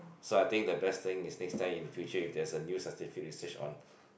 so I think the best thing is next time in future if there's a new scientific research on